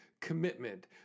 commitment